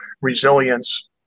resilience